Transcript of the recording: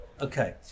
Okay